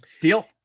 Deal